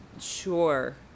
sure